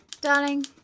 Darling